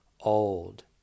old